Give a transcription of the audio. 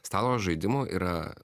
stalo žaidimų yra